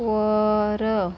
वर